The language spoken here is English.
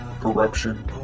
corruption